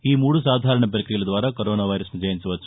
ఈ మూడు సాధారణ పక్రియల ద్వారా కరోనా వైరస్ను జయించవచ్చు